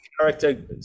character